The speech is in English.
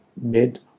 mid